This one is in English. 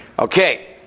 Okay